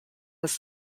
was